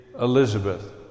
Elizabeth